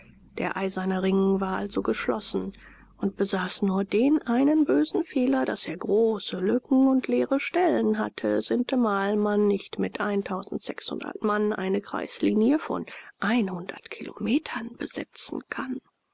der eiserne ring war also geschlossen und besaß nur den einen bösen fehler daß er große lücken und leere stellen hatte sintemal man nicht mit mann eine kreislinie von kilometern besetzen kann